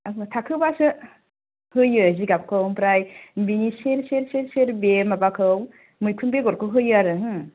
थाखोबासो होयो जिगाबखौ आमफ्राय बेनि सेर सेर सेर सेर बे माबाखौ मैखुन बेगरखौ होयो आरो हो